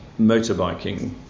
motorbiking